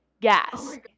GAS